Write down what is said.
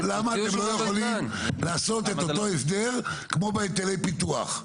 למה אתם לא יכולים לעשות את אותו הסדר כמו בהיטלי פיתוח?